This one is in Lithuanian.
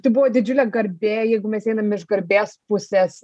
tai buvo didžiulė garbė jeigu mes einame iš garbės pusės